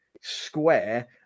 square